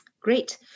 Great